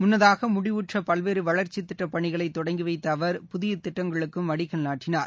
முன்னதாக முடிவுற்ற பல்வேறு வளர்ச்சித் திட்டப் பணிகளை தொடங்கி வைத்த அவர் புதிய திட்டங்களுக்கும் அடிக்கல் நாட்டினார்